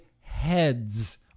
heads